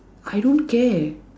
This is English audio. I don't care